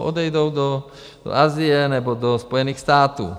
Odejdou do Asie nebo do Spojených států.